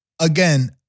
again